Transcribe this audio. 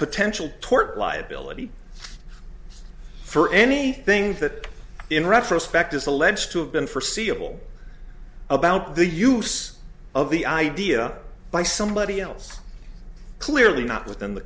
potential tort liability for anything that in retrospect is alleged to have been forseeable about the use of the idea by somebody else clearly not within the